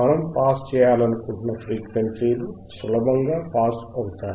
మనం పాస్ చేయాలనుకుంటున్న ఫ్రీక్వెన్సీలు సులభంగా పాస్ అవుతాయి